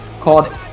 called